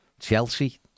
Chelsea